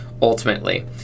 ultimately